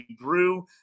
Brew